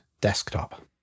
desktop